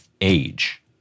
age